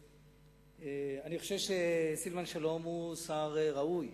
אני חושב שסילבן שלום הוא שר ראוי,